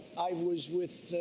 i was with,